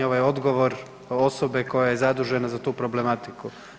Ovo je odgovor osobe koja je zadužena za tu problematiku.